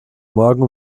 morgen